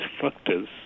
factors